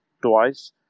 twice